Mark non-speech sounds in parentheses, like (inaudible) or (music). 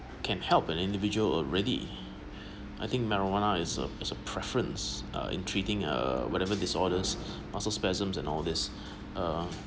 can help an individual already (breath) I think marijuana is a is a preference uh in treating uh whatever disorders (breath) muscle spasms and all these uh